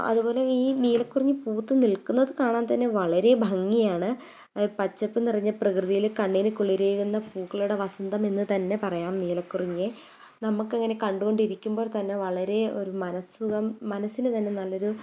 അതുപോലെ ഈ നീലക്കുറിഞ്ഞി പൂത്ത് നിൽക്കുന്നത് കാണാൻ തന്നെ വളരെ ഭംഗിയാണ് പച്ചപ്പ് നിറഞ്ഞ പ്രകൃതിയിൽ കണ്ണിന് കുളിരേകുന്ന പൂക്കളുടെ വസന്തം എന്ന് തന്നെ പറയാം നീലക്കുറിഞ്ഞിയെ നമുക്കങ്ങനെ കണ്ട് കൊണ്ടിരിക്കുമ്പോൾ തന്നെ വളരെ ഒരു മനസുഖം മനസ്സിന് തന്നെ നല്ലൊരു